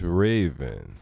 raven